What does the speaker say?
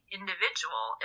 individual